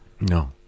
No